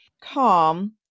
calm